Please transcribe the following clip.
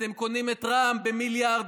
אתם קונים את רע"מ במיליארדים,